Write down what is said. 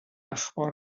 اخبار